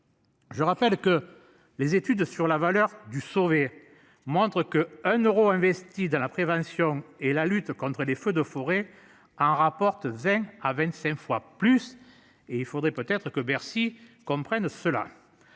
Je rappelle que les études sur la valeur du sauver moindres que un euros investi dans la prévention et la lutte contre les feux de forêt en rapporte 20 à 25 fois plus et il faudrait peut-être que Bercy comprennent cela.